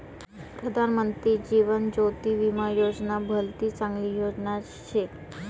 प्रधानमंत्री जीवन ज्योती विमा योजना भलती चांगली योजना शे